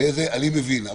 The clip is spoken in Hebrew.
אני מבין.